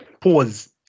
pause